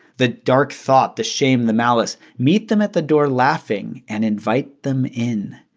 the dark thought, the shame, the malice meet them at the door laughing, and invite them in.